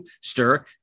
Stir